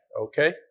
okay